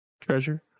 treasure